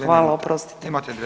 Hvala, oprostite.